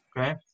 Okay